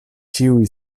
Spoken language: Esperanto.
ĉiuj